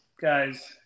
guys